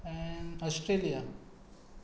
Australia